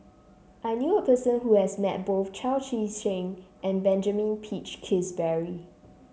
I knew a person who has met both Chao Tzee Cheng and Benjamin Peach Keasberry